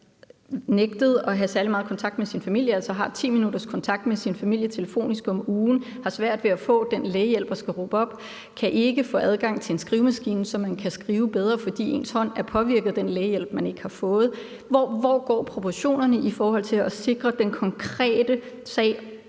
nægtet at have særlig meget kontakt med sin familie. Altså, han har 10 minutters kontakt med sin familie telefonisk om ugen, har svært ved at få lægehjælp og skal råbe op og kan ikke få adgang til en skrivemaskine, så han kan skrive bedre, fordi hans hånd er påvirket af, at han ikke har fået lægehjælp. Hvor er proportionerne i forhold til den konkrete sag?